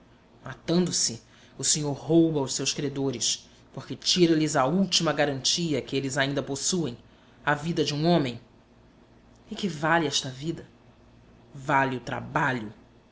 matando-se o senhor rouba os seus credores porque tira lhes a última garantia que eles ainda possuem a vida de um homem e que vale esta vida vale o trabalho